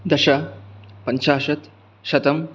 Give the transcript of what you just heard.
दश पञ्चाशत् शतम्